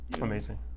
amazing